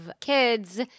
kids